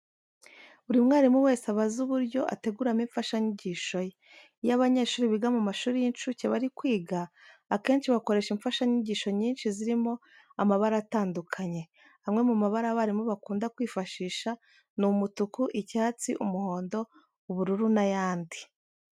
Buri mwarimu wese aba azi uburyo ateguramo imfashanyigisho ye. Iyo abanyeshuri biga mu mashuri y'incuke bari kwiga, akenshi bakoresha imfashanyigisho nyinshi zirimo amabara atandukanye. Amwe mu mabara abarimu bakunda kwifashisha ni umutuku, icyatsi, umuhondo, ubururu n'ayandi.